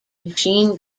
machine